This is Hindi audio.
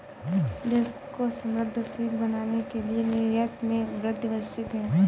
देश को समृद्धशाली बनाने के लिए निर्यात में वृद्धि आवश्यक है